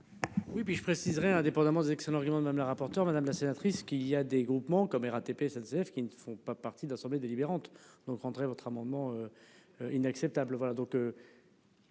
Oui puis je préciserai indépendamment des excellents arguments madame la rapporteure madame la sénatrice qu'il y a des groupements comme RATP SNCF qui ne font pas partie de l'assemblée délibérante donc rentrer votre amendement. Inacceptable